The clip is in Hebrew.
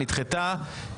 נדחתה.